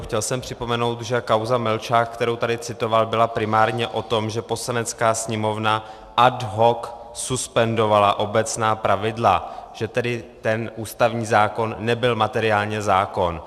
Chtěl jsem připomenout, že kauza Melčák, kterou tady citoval, byla primárně o tom, že Poslanecká sněmovna ad hoc suspendovala obecná pravidla, že tedy ten ústavní zákon nebyl materiálně zákon.